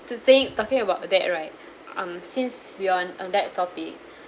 to think talking about that right um since we're on uh that topic